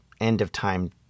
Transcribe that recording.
end-of-time